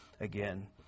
again